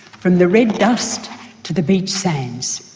from the red dust to the beach sands.